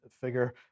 figure